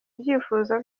byifuzo